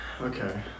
Okay